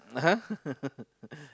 !huh!